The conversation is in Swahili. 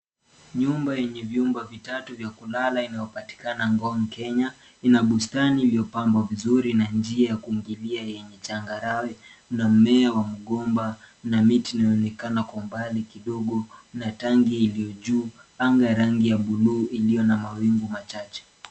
Nyumba yenye vyumba vitatu vya kulala inayopatikana Ngong Kenya ina bustani iliyopambwa vizuri na njia ya kuingilia yenye changarawe na mmea wa mgomba na miti inaonekana kwa umbali kidogo na tanki iliyojuu. Anga ya rangi ya bluu iliyo na mawingu machache.